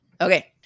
Okay